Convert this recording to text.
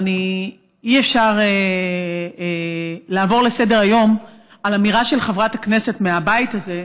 אבל אי-אפשר לעבור לסדר-היום על אמירה של חברת הכנסת מהבית הזה,